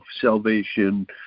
salvation